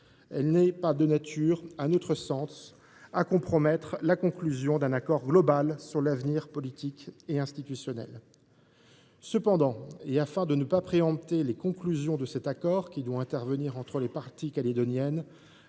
elle n’est pas de nature à compromettre la conclusion d’un accord global sur l’avenir politique et institutionnel. Cependant, afin de ne pas préempter les conclusions de cet accord qui doit intervenir entre les parties calédoniennes,